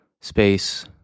space